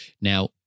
Now